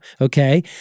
Okay